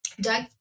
Doug